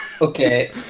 Okay